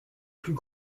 plus